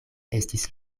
estis